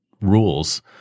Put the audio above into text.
Rules